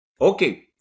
Okay